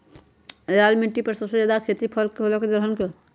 लाल मिट्टी पर सबसे ज्यादा खेती फल के होला की दलहन के?